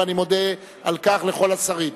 ואני מודה על כך לכל השרים.